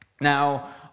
Now